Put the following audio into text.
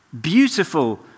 beautiful